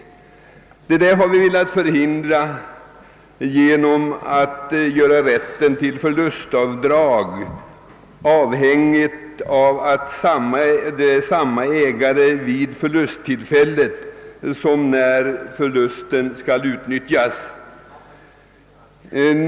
Detta har vi velat förhindra genom att göra rätten till förlustavdrag avhängig av att det är samma ägare vid förlusttillfället som när förlustavdraget skall utnyttjas.